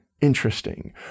interesting